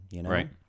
Right